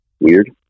Weird